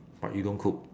but you don't cook